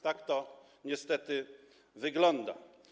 Tak to niestety wygląda.